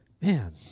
Man